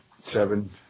Seven